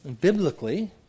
biblically